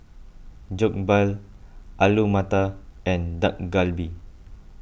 Jokbal Alu Matar and Dak Galbi